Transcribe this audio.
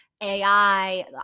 AI